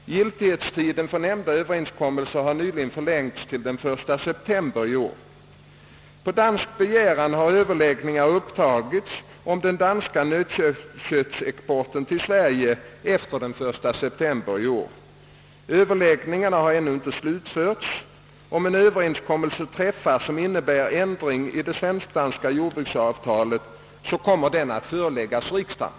Giltighetstiden för nämnda överenskommelse har nyligen förlängts till den 1 september i år. På dansk begäran har överläggningar upptagits om den danska nötköttsexporten till Sverige efter den 1 september i år. Överläggningarna har ännu ej slutförts. Om en överenskommelse träffas som innebär ändring i det svensk-danska jordbruksavtalet, kommer den att föreläggas riksdagen.